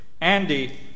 Andy